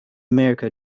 america